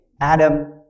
Adam